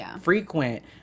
frequent